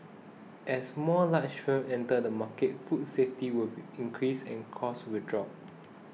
as more large firms enter the market food safety will increase and costs will drop